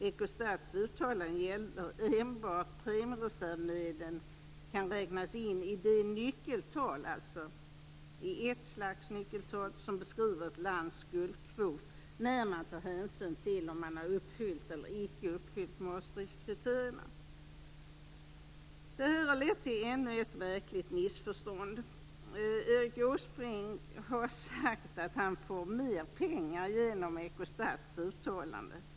Ecostats uttalande gäller enbart att premiereservmedlen kan räknas in i det nyckeltal som beskriver ett lands skuldkvot när man tar hänsyn till om man har uppfyllt Maastrichtkriterierna eller inte. Detta har lett till ännu ett märkligt missförstånd. Erik Åsbrink har sagt att han får mer pengar genom Ecostats uttalande.